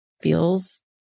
feels